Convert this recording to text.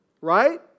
right